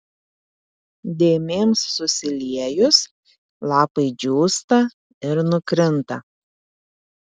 dėmėms susiliejus lapai džiūsta ir nukrinta